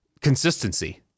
consistency